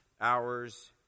hours